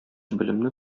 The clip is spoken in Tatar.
белемне